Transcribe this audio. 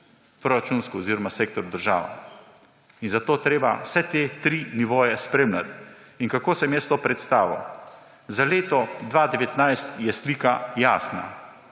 proračunsko oziroma sektor država in zato je treba vse te tri nivoje spremljati. Kako sem jaz to predstavil? Za leto 2019 je slika jasna.